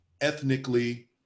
ethnically